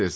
S